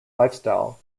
lifestyle